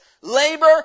Labor